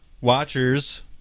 watchers